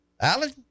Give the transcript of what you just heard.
Alan